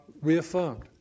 reaffirmed